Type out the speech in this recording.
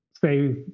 say